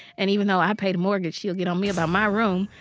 and even though i pay the mortgage, she'll get on me about my room.